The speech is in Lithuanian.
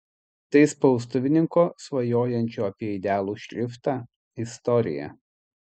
tai spaustuvininko svajojančio apie idealų šriftą istorija